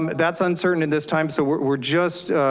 um that's uncertain in this time. so we're just,